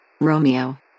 Romeo